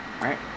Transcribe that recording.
right